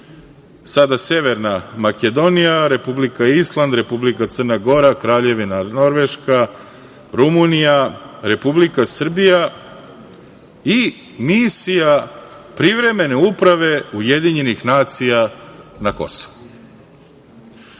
sada Severna Makedonija, Republika Island, Republika Crna Gora, Kraljevina Norveška, Rumunija, Republika Srbija i Misija privremene uprave UN na Kosovu. Ovo